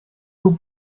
aux